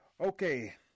okay